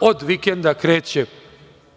Od vikenda kreće